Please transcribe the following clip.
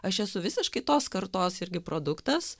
aš esu visiškai tos kartos irgi produktas